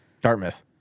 Dartmouth